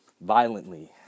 violently